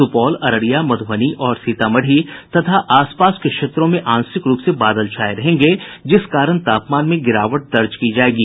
सुपौल अररिया मध्रबनी और सीतामढ़ी तथा आस पास के क्षेत्रों में आंशिक रूप से बादल छाये रहेंगे जिस कारण तापमान में गिरावट दर्ज की जायेगी